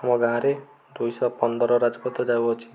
ଆମ ଗାଁରେ ଦୁଇଶହ ପନ୍ଦର ରାଜପଥ ଯାଉଅଛି